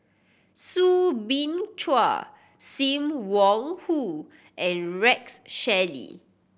Soo Bin Chua Sim Wong Hoo and Rex Shelley